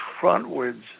frontwards